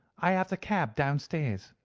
i have the cab downstairs.